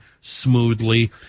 smoothly